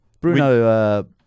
Bruno